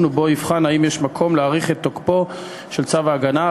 ובו יבחן אם יש מקום להאריך את תוקפו של צו ההגנה.